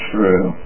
True